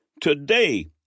Today